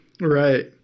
right